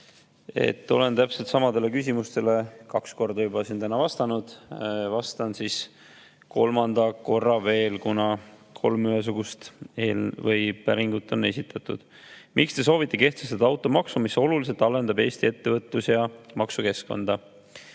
Olen täpselt samadele küsimustele juba kaks korda vastanud, vastan siis kolmanda korra veel, kuna kolm ühesugust arupäringut on esitatud."Miks Te soovite kehtestada automaksu, mis oluliselt halvendab Eesti ettevõtlus- ja maksukeskkonda?"